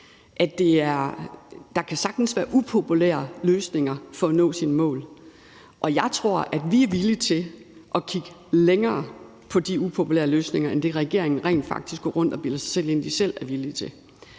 der sagtens kan være upopulære løsninger i forhold til at nå sine mål, og at jeg tror, at vi er villige til at kigge mere på de upopulære løsninger end det, som regeringen rent faktisk går rundt og bilder sig selv ind at de er villige til.